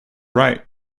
right